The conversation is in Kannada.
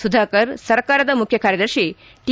ಸುಧಾಕರ್ ಸರ್ಕಾರದ ಮುಖ್ಯಕಾರ್ಯದರ್ತಿ ಟಿ